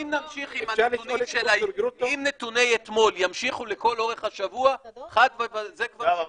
אם נתוני אתמול ימשיכו לכל אורך השבוע זה כבר --- לא,